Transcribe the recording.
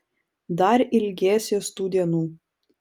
dar ilgėsies tų dienų